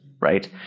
right